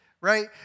right